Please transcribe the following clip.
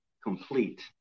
complete